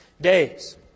days